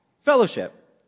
Fellowship